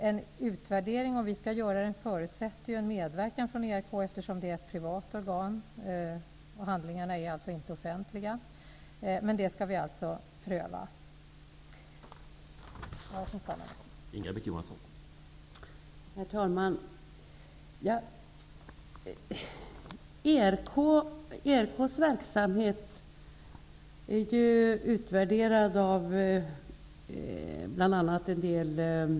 En sådan utvärdering förutsätter en medverkan från ERK, eftersom det är ett privat organ och handlingarna inte är offentliga. Vi skall dock pröva detta.